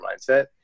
mindset